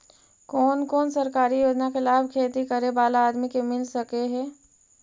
कोन कोन सरकारी योजना के लाभ खेती करे बाला आदमी के मिल सके हे?